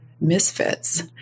misfits